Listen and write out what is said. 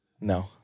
No